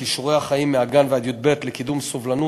"כישורי חיים" מהגן ועד י"ב לקידום סובלנות,